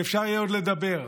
שאפשר יהיה עוד לדבר.